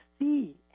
see